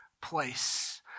place